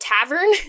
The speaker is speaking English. tavern